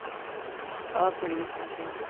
bob, what are you thinking?